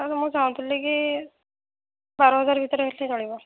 sir ମୁଁ ଚାହୁଁଥିଲି କି ବାର ହଜାର ଭିତରେ ହେଲେ ଚଳିବ